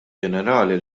ġenerali